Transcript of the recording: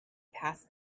past